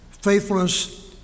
faithfulness